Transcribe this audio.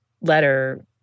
letter